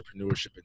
entrepreneurship